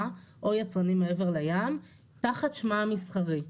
או יצרנים מעבר לים תחת שמה המסחרי.